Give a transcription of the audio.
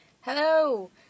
Hello